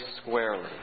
squarely